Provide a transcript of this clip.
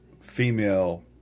female